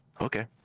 Okay